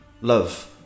love